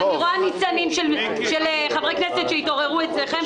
אבל אני רואה ניצנים של חברי כנסת שהתעוררו אצלכם,